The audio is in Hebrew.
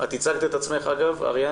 את ייצגת את עצמך מצוין.